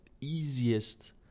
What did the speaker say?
easiest